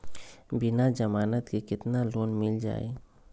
बिना जमानत के केतना लोन मिल जाइ?